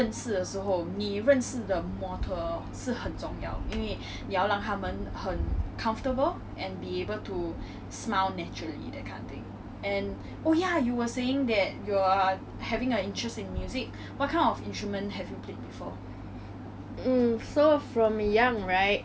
mm so from young right I actually started off with a few instruments that my mom asked me to learn 所以以前小时候我有学过小提琴 and 我有学过弹钢琴这个两个是我的 main 但是